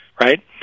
right